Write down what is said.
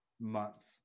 month